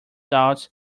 doubts